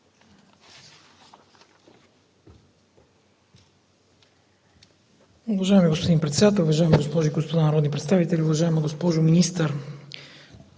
Уважаеми господин Председател, уважаеми госпожи и господа народни представители! Уважаема госпожо Министър,